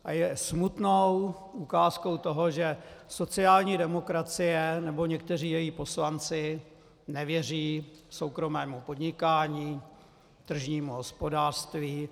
A je to smutnou ukázkou toho, že sociální demokracie nebo někteří její poslanci nevěří soukromému podnikání, tržnímu hospodářství.